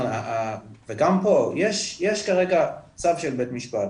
וגם פה יש כרגע צו של בית משפט,